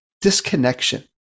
disconnection